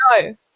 No